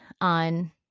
on